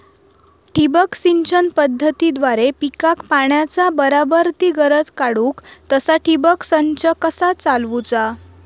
ठिबक सिंचन पद्धतीद्वारे पिकाक पाण्याचा बराबर ती गरज काडूक तसा ठिबक संच कसा चालवुचा?